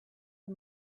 her